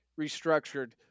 restructured